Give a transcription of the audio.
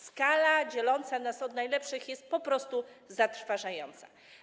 Skala dzieląca nas od najlepszych jest po prostu zatrważająca.